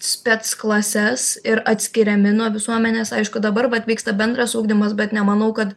spec klases ir atskiriami nuo visuomenės aišku dabar vat vyksta bendras ugdymas bet nemanau kad